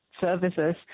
services